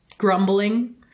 grumbling